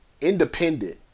independent